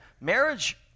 marriage